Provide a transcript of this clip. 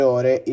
ore